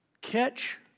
Catch